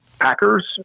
packers